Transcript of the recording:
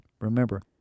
Remember